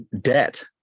debt